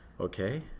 Okay